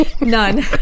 none